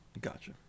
Gotcha